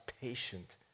patient